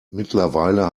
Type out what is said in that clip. mittlerweile